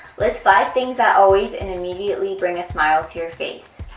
list five things that always and immediately bring smile to your face,